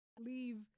leave